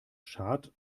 schad